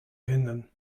vinden